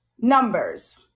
numbers